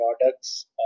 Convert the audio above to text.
products